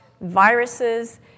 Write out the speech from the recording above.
viruses